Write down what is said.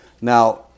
Now